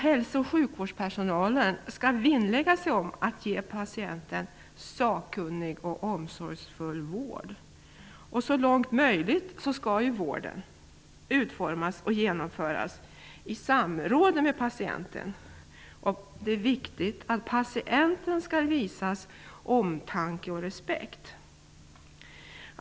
Hälso och sjukvårdspersonalen skall vinnlägga sig om att ge patienten sakkunnig och omsorgsfull vård. Så långt möjligt skall vården utformas och genomföras i samråd med patienten. Det är viktigt att patienten visas omtanke och respekt.